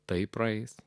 tai praeis